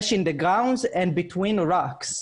on the ground or wedge it in rock crevices.